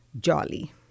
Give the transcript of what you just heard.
jolly